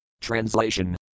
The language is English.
Translation